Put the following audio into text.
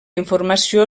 informació